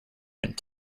went